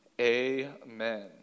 amen